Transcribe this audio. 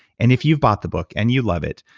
and if you've bought the book and you love it,